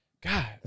God